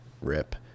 rip